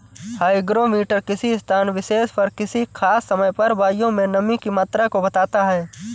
hygrometer किसी स्थान विशेष पर किसी खास समय पर वायु में नमी की मात्रा को बताता है